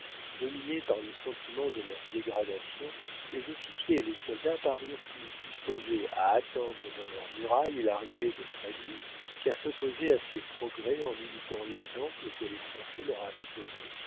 dominés par le sentiment de leur dégradation les officiers et les soldats parurent plus disposés à attendre dans leurs murailles l'arrivée de leur ennemi qu'à s'opposer à ses progrès en imitant l'exemple que les français leur avaient donné